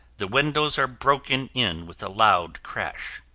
the windows are broken in with a loud crash.